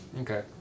Okay